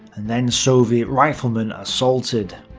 and then soviet riflemen assaulted.